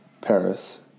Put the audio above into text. Paris